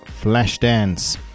Flashdance